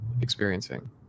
experiencing